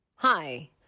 Hi